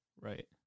right